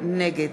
נגד